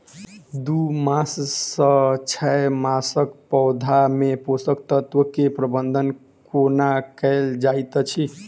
दू मास सँ छै मासक पौधा मे पोसक तत्त्व केँ प्रबंधन कोना कएल जाइत अछि?